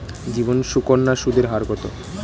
জীবন সুকন্যা সুদের হার কত?